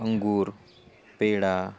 अंगूर पेढा